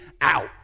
out